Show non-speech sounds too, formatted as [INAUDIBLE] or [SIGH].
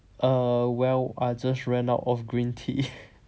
err well I just ran out of green tea [LAUGHS]